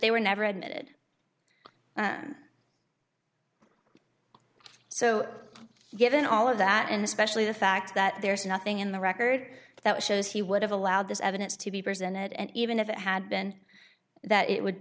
they were never admitted so given all of that and especially the fact that there's nothing in the record that shows he would have allowed this evidence to be presented and even if it had been that it would